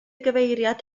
gyfeiriad